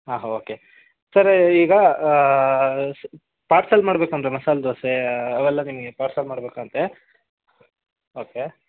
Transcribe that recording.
ಹಾಂ okay sir ಈಗ ಸ ಪಾರ್ಸಲ್ ಮಾಡಬೇಕು ಅಂದ್ರೆ ಮಸಾಲೆ ದೋಸೆ ಅವೆಲ್ಲ ನಿಮಗೆ ಪಾರ್ಸಲ್ ಮಾಡಬೇಕಂತೆ ಓಕೆ